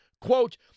Quote